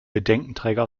bedenkenträger